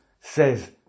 says